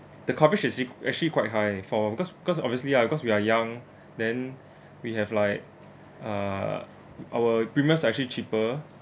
the coverage is eq~ actually quite high for because because obviously lah because we are young then we have like uh our premium's actually cheaper